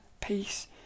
peace